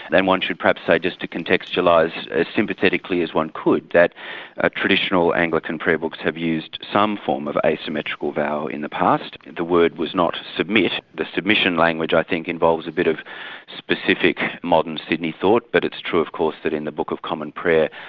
and one should perhaps say, just to contextualise as sympathetically as one could, that ah traditional anglican prayer books have used some form of asymmetrical vow in the past the word was not submit. the submission language i think involves a bit of specific modern sydney thought, but it's true of course that in the book of common prayer,